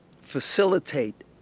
facilitate